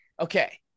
okay